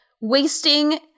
wasting